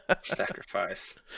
Sacrifice